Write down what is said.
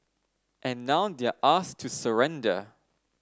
and now they're asked to surrender